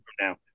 now